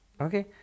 Okay